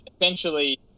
essentially